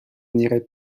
n’irai